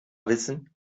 wissen